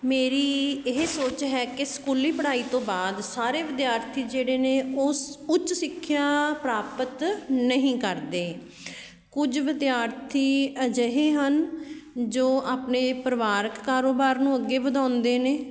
ਮੇਰੀ ਇਹ ਸੋਚ ਹੈ ਕਿ ਸਕੂਲੀ ਪੜ੍ਹਾਈ ਤੋਂ ਬਾਅਦ ਸਾਰੇ ਵਿਦਿਆਰਥੀ ਜਿਹੜੇ ਨੇ ਉਸ ਉੱਚ ਸਿੱਖਿਆ ਪ੍ਰਾਪਤ ਨਹੀਂ ਕਰਦੇ ਕੁਝ ਵਿਦਿਆਰਥੀ ਅਜਿਹੇ ਹਨ ਜੋ ਆਪਣੇ ਪਰਿਵਾਰਕ ਕਾਰੋਬਾਰ ਨੂੰ ਅੱਗੇ ਵਧਾਉਂਦੇ ਨੇ